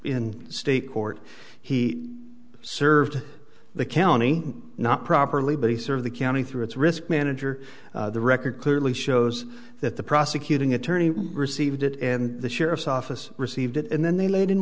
in state court he served the county not properly but he sort of the county through its risk manager the record clearly shows that the prosecuting attorney received it and the sheriff's office received it and then they laid